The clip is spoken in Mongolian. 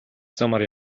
замаар